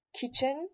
kitchen